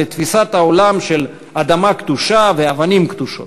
לתפיסת העולם של אדמה קדושה ואבנים קדושות.